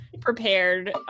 prepared